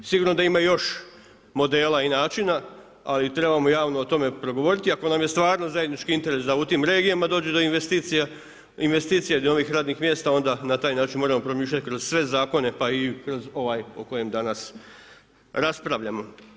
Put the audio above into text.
Sigurno da ima još modela i načina, ali trebamo javno o tome progovoriti ako nam je stvarno zajednički interes da u tim regijama dođe do investicije, do novih radnih mjesta onda na taj način moramo promišljati kroz sve zakone, pa i kroz ovaj o kojem danas raspravljamo.